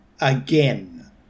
again